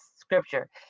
scripture